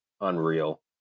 unreal